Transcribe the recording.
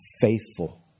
faithful